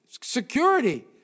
security